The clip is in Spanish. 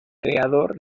creador